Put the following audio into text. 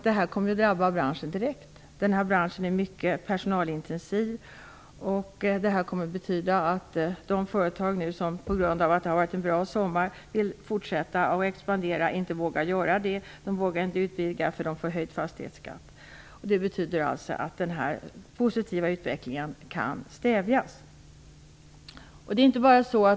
Det här kommer ju att drabba branschen direkt. Denna bransch är mycket personalintensiv. Det kommer att betyda att de företag som på grund av att det varit en bra sommar vill fortsätta att expandera inte vågar göra det. De vågar inte utvidga, för de får höjd fastighetsskatt. Det betyder alltså att den positiva utvecklingen kan stävjas.